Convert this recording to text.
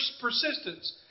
persistence